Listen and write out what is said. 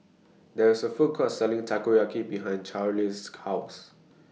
There IS A Food Court Selling Takoyaki behind Cali's House